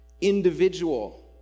Individual